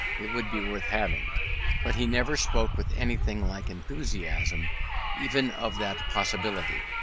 it would be worth having but he never spoke with anything like enthusiasm even of that possibility.